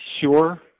sure